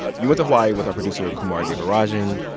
ah you went to hawaii with our producer, kumari devarajan,